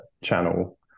channel